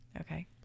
Okay